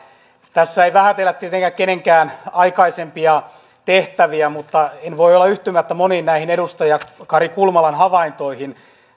tässä ei vähätellä tietenkään kenenkään aikaisempia tehtäviä mutta en voi olla yhtymättä moniin näihin edustaja kari kulmalan havaintoihin